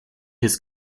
his